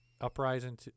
Uprising